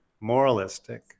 Moralistic